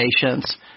patients